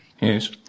Yes